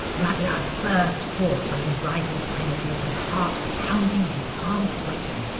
rudyard burst forth from his rival's premises, his heart pounding and his palms sweating.